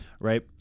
right